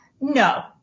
No